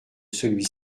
celui